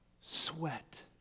sweat